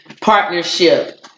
Partnership